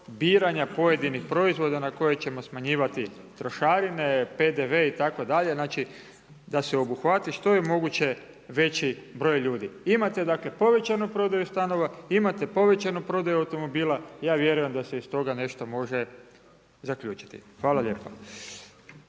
biranja pojedinih proizvoda na koje ćemo smanjivati trošarine, PDV itd. Znači, da se obuhvati što je moguće veći broj ljudi. Imate dakle povećanu prodaju stanova, imate povećanu prodaju automobila, ja vjerujem da se iz toga nešto može zaključiti. Hvala lijepa.